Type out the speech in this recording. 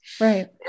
Right